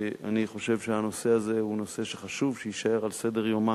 אני חושב שהנושא הזה הוא נושא שחשוב שיישאר על סדר-יומה